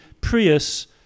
Prius